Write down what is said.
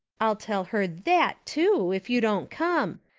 i'll tell her that, too, if you don't come.